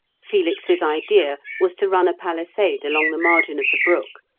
felix's idea was to run a palisade along the margin of the brook,